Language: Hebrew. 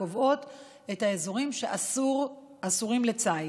שקובעות את האזורים שאסורים לציד.